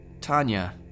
Tanya